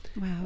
Wow